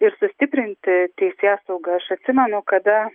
ir sustiprinti teisėsaugą aš atsimenu kada